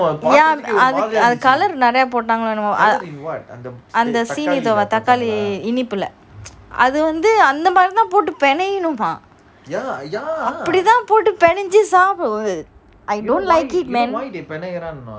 அத:atha colour நெறய போட்டான்களோ என்னவோ அந்த சீனிதாவை தக்காளி ஏன்பில அது அந்த மாறி தான் பெண்ணாயினும் அப்பிடி தன போடு பெனஞ்சி சாப்பிடுறேன்:neraya potangalo ennavo antha seenithova thakkali eenipila athu antha maari thaan penayunuma apidi than potu penanji sapduran I don't like it man